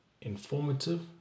informative